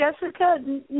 Jessica